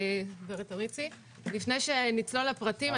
לפני שנצלול לפרטים,